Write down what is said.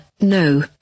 No